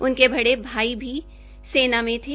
उनके बड़े भाई भी सेवा में थे